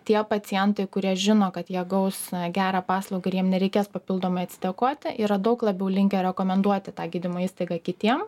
tie pacientai kurie žino kad jie gaus gerą paslaugą ir jiem nereikės papildomai atsidėkoti yra daug labiau linkę rekomenduoti tą gydymo įstaigą kitiem